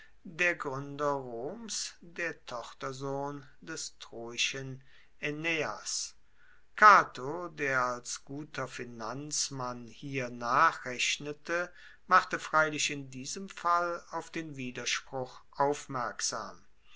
der gruender roms der tochtersohn des troischen aeneas cato der als guter finanzmann hier nachrechnete machte freilich in diesem fall auf den widerspruch aufmerksam